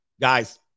Guys